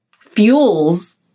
fuels